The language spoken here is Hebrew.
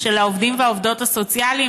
של העובדים והעובדות הסוציאליים,